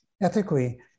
ethically